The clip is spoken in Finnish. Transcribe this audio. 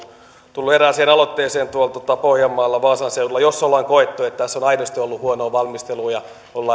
tullut erääseen aloitteeseen tuolla pohjanmaalla vaasan seudulla jos ollaan koettu että tässä on aidosti ollut huonoa valmistelua ja ollaan